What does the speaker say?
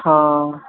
ਹਾਂ